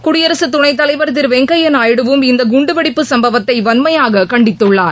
குடியரசுத் துணைத் தலைவர் திரு வெங்கையா நாயுடுவும் இந்த குண்டுவெடிப்புச் சம்பவத்தை வன்மையாகக் கண்டித்துள்ளார்